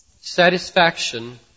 satisfaction